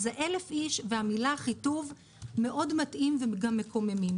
אז 1,000 איש והמילה אחיטוב מאוד מטעים וגם מקוממים.